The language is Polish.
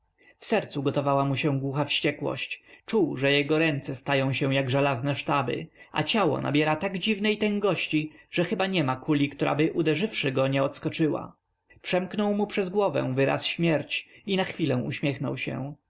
w sercu gotowała mu się głucha wściekłość czuł że jego ręce stają się jak żelazne sztaby a ciało nabiera tak dziwnej tęgości że chyba niema kuli któraby uderzywszy go nie odskoczyła przemknął mu przez głowę wyraz śmierć i na chwilę uśmiechnął się